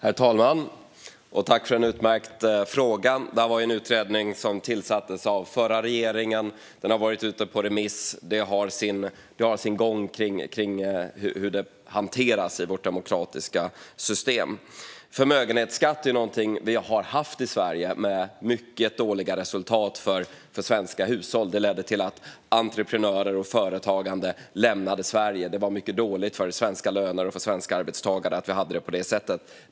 Herr talman! Jag tackar för en utmärkt fråga. Denna utredning beställdes av den förra regeringen. Den har varit ute på remiss, och det finns en gång för hur det ska hanteras i vårt demokratiska system. Förmögenhetsskatt är något som vi haft i Sverige med mycket dåliga resultat för svenska hushåll. Det ledde till att entreprenörer och företag lämnade Sverige. Det var mycket dåligt för svenska löner och svenska arbetstagare att vi hade det så.